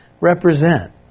represent